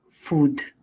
food